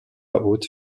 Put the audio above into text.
haute